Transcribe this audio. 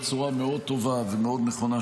בצורה מאוד טובה ומאוד נכונה,